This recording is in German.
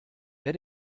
wer